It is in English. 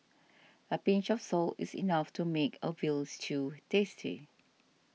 a pinch of salt is enough to make a Veal Stew tasty